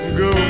go